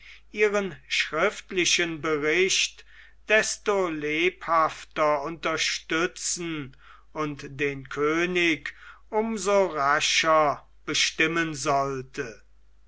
ihren schriftlichen bericht desto lebhafter unterstützen und den könig um so rascher bestimmen sollte